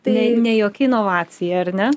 tai ne jokia inovacija ar ne